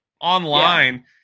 online